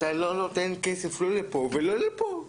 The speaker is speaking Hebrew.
אתה לא נותן כסף לא לפה ולא לפה.